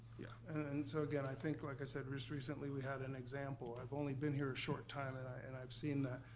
yeah. and so again, i think like i said, just recently we had an example. i've only been here a short time, and and i've seen that.